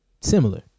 similar